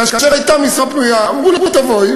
כאשר הייתה משרה פנויה אמרו לה: תבואי,